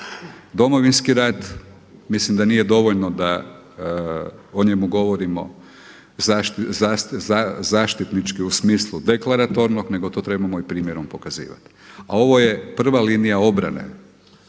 Domovinski rat, mislim da nije dovoljno da o njemu govorimo zaštitnički u smislu deklaratornog nego to trebamo i primjerom pokazivati. A ovo je prva linija obrane